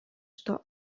что